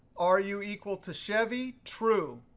are you equal to chevy? true.